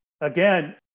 again